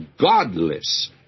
godless